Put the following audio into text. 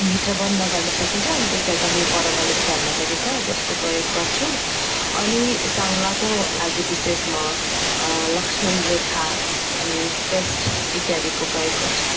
भित्र बन्द गर्न सकिन्छ अनि त्यसलाई कही पर लगेर फ्याल्न सकिन्छ त्यसको प्रयोग गर्छु अनि साङ्लाको लागि विशेष म लक्ष्मण रेखा अनि पेस्ट इत्यादिको प्रयोग गर्छु